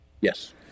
yes